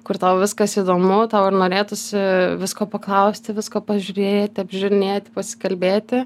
kur tau viskas įdomu tau norėtųsi visko paklausti visko pažiūrėti apžiūrinėt pasikalbėti